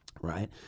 right